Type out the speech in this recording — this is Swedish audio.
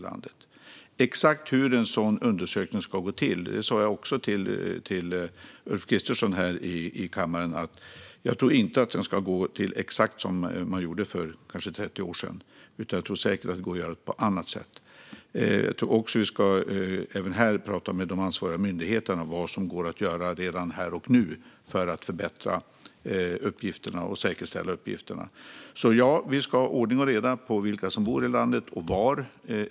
Jag tror inte - detta sa jag också till Ulf Kristersson här i kammaren - att en sådan undersökning ska gå till exakt som för kanske 30 år sedan, utan jag tror säkert att det går att göra på annat sätt. Jag tror också att vi ska tala med de ansvariga myndigheterna om vad som går att göra redan här och nu för att förbättra och säkerställa uppgifterna. Så ja, vi ska ha ordning och reda på vilka som bor i landet och var.